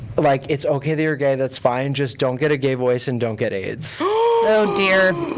like it's okay that you're gay. that's fine, just don't get a gay voice and don't get aids. so oh dear.